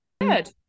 Good